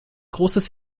großes